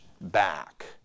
back